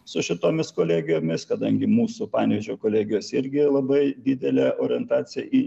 su šitomis kolegijomis kadangi mūsų panevėžio kolegijos irgi labai didelė orientacija į